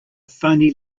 phoney